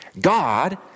God